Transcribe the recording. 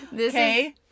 Okay